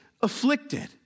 afflicted